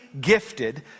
gifted